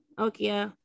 okay